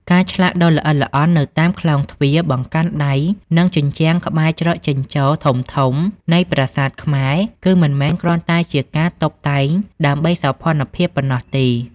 ការឆ្លាក់ដ៏ល្អិតល្អន់នៅតាមក្លោងទ្វារ បង្កាន់ដៃ និងជញ្ជាំងក្បែរច្រកចេញចូលធំៗនៃប្រាសាទខ្មែរ គឺមិនមែនគ្រាន់តែជាការតុបតែងដើម្បីសោភ័ណភាពប៉ុណ្ណោះទេ។